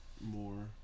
more